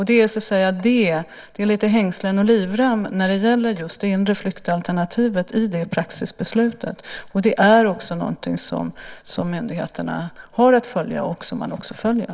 Det är lite hängslen och livrem när det gäller just det inre flyktalternativet i det praxisbeslutet. Det är något som myndigheterna har att följa och som man också följer.